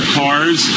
cars